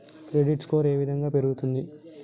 Credit score ఏ విధంగా పెరుగుతుంది?